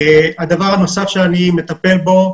הדבר הנוסף שאני מטפל בו הוא